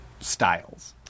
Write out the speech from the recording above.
styles